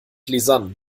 lisann